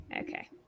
Okay